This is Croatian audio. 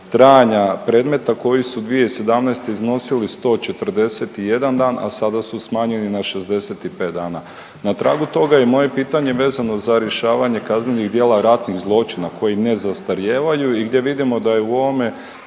trajanja predmeta koji su 2017. iznosili 141 dan, a sada su smanjeni na 65 dana. Na tragu toga je i moje pitanje vezano za rješavanje kaznenih djela ratnih zločina koji ne zastarijevaju i gdje vidimo da je u ovome